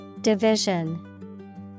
Division